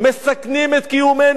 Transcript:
מסכנים את קיומנו,